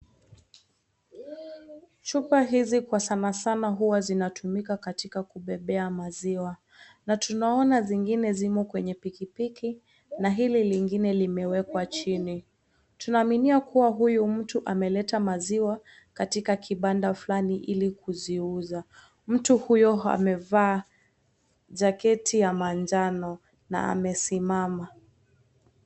Chupa hizi kwa sana sana huwa zinatumika katika kubebea maziwa. Na tunaona zingine zimo kwenye pikipiki na hili lingine limewekwa chini. Tunaaminia kuwa huyu mtu ameleta maziwa katika kibanda fulani ili kuziuza. Mtu huyo amevaa jacket ya manjano na amesimama.